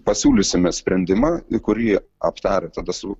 pasiūlysime sprendimą į kurį aptarę tada su